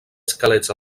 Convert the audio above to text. esquelets